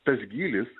tas gylis